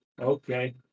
okay